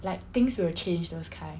like things will change those kind